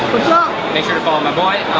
up? make sure to follow my boy.